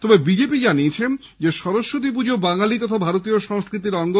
তবে বিজেপি জানিয়েছে সরস্বতী পুজো বাঙালী তথা ভারতীয় সংস্কৃতির অঙ্গ